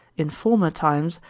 in former times,